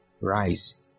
Rise